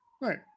Right